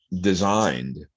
designed